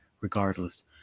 Regardless